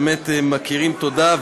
באמת מכירים תודה,